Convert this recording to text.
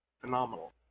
Phenomenal